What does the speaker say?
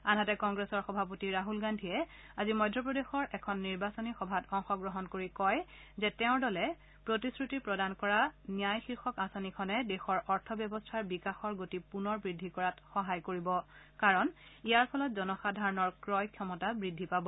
আনহাতে কংগ্ৰছৰ সভাপতি ৰাহুল গান্ধীয়ে আজি মধ্যপ্ৰদেশৰ এখন নিৰ্বাচনী সভাত অংশগ্ৰহণ কৰি কয় যে তেওঁৰ দলে প্ৰতিশ্ৰুতি প্ৰদান কৰা ন্যায় শীৰ্ষক আঁচনিখনে দেশৰ অৰ্থব্যৱস্থাৰ বিকাশৰ গতি পুনৰ বৃদ্ধি কৰাত সহায় কৰিব কাৰণ ইয়াৰ ফলত জনসাধাৰণৰ ক্ৰয় ক্ষমতা বৃদ্ধি পাব